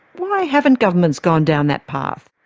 why haven't governments gone down that path?